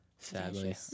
Sadly